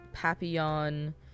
Papillon